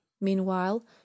Meanwhile